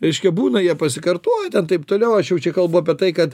reiškia būna jie pasikartoja ten taip toliau aš jau čia kalbu apie tai kad